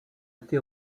été